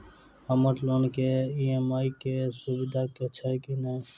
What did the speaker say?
हम्मर लोन केँ ई.एम.आई केँ सुविधा छैय की नै?